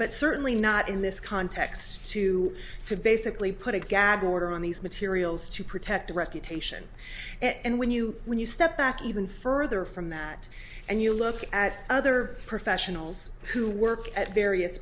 but certainly not in this context to to basically put a gag order on these materials to protect reputation and when you when you step back even further from that and you look at other professionals who work at various